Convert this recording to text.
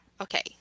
Okay